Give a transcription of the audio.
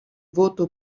voto